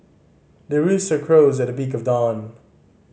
the rooster crows at the break of dawn